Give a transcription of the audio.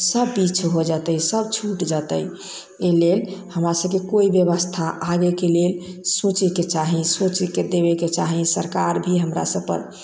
सब पिछे हो जतै सब छूट जतै एहि लेल हमरासबके कोइ व्यवस्था आगे के लेल सोचे के चाही सोचे के देबे के चाही सरकार भी हमरासबपर